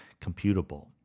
computable